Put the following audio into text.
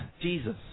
Jesus